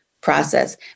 Process